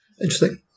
Interesting